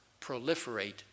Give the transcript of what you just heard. proliferate